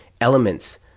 elements